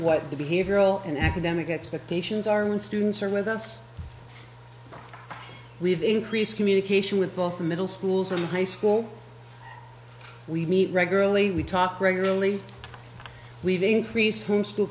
what the behavioral and academic expectations are when students are with us we have increased communication with both the middle schools and high school we meet regularly we talk regularly leaving increase home school